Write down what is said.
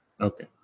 Okay